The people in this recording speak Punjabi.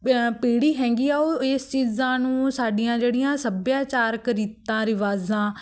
ਪੀੜ੍ਹੀ ਹੈਗੀ ਆ ਉਹ ਇਸ ਚੀਜ਼ਾਂ ਨੂੰ ਸਾਡੀਆਂ ਜਿਹੜੀਆਂ ਸੱਭਿਆਚਾਰਕ ਰੀਤਾਂ ਰਿਵਾਜ਼ਾਂ